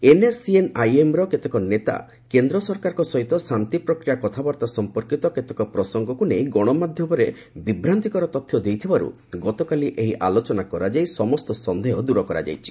NSCN I M ର କେତେକ ନେତା କେନ୍ଦ୍ର ସରକାରଙ୍କ ସହିତ ଶାନ୍ତି ପ୍ରକ୍ରିୟା କଥାବାର୍ଭା ସମ୍ପର୍କୀତ କେତେକ ପ୍ରସଙ୍ଗକୁ ନେଇ ଗଣମାଧ୍ୟମରେ ବିଭ୍ରାନ୍ତିକର ତଥ୍ୟ ଦେଇଥିବାରୁ ଗତକାଲି ଏହି ଆଲୋଚନା କରାଯାଇ ସମସ୍ତ ସନ୍ଦେହ ଦୂର କରାଯାଇଛି